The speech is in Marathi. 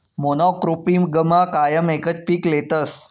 मोनॉक्रोपिगमा कायम एकच पीक लेतस